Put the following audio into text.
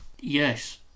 Yes